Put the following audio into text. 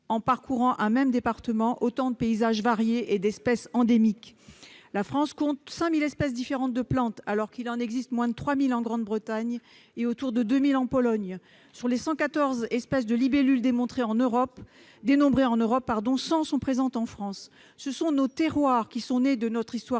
en parcourant un même département, autant de paysages variés et d'espèces endémiques. La France compte 5 000 espèces différentes de plantes, alors qu'il en existe moins de 3 000 en Grande-Bretagne et autour de 2 000 en Pologne. Sur les 114 espèces de libellules dénombrées en Europe, 100 sont présentes en France. Ce sont nos terroirs, nés de notre histoire